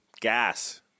Gas